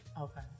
Okay